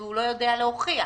הוא לא יודע להוכיח.